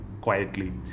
quietly